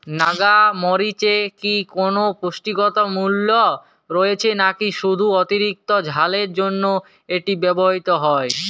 নাগা মরিচে কি কোনো পুষ্টিগত মূল্য রয়েছে নাকি শুধু অতিরিক্ত ঝালের জন্য এটি ব্যবহৃত হয়?